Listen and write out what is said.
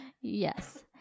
yes